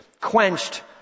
quenched